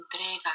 entrega